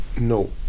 no